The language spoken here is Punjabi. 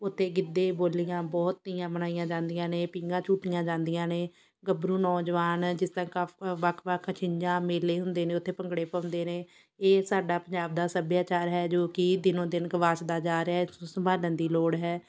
ਉੱਥੇ ਗਿੱਧੇ ਬੋਲੀਆਂ ਬਹੁਤ ਤੀਆਂ ਮਨਾਈਆਂ ਜਾਂਦੀਆਂ ਨੇ ਪੀਘਾਂ ਝੂਟੀਆਂ ਜਾਂਦੀਆਂ ਨੇ ਗੱਭਰੂ ਨੌਜਵਾਨ ਜਿਸ ਤਰ੍ਹਾਂ ਕਾਫੀ ਵੱਖ ਵੱਖ ਛਿੰਝਾਂ ਮੇਲੇ ਹੁੰਦੇ ਨੇ ਉੱਥੇ ਭੰਗੜੇ ਪਾਉਂਦੇ ਨੇ ਇਹ ਸਾਡਾ ਪੰਜਾਬ ਦਾ ਸੱਭਿਆਚਾਰ ਹੈ ਜੋ ਕਿ ਦਿਨੋਂ ਦਿਨ ਗੁਆਚਦਾ ਜਾ ਰਿਹਾ ਉਸ ਸ ਸੰਭਾਲਣ ਦੀ ਲੋੜ ਹੈ